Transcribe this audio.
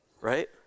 Right